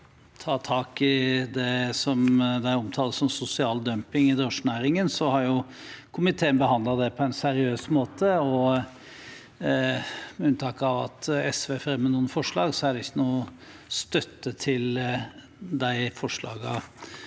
ta tak i det som de omtalte som sosial dumping i drosjenæringen, har komiteen behandlet det på en seriøs måte, og med unntak av at SV har fremmet noen forslag, er det ikke noe støtte til de forslagene